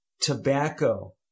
tobacco